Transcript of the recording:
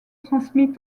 transmis